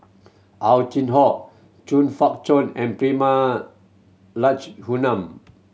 Ow Chin Hock Chong Fah Cheong and Prema Letchumanan